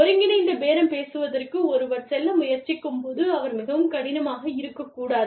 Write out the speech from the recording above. ஒருங்கிணைந்த பேரம் பேசுவதற்கு ஒருவர் செல்ல முயற்சிக்கும்போது அவர் மிகவும் கடினமாக இருக்கக்கூடாது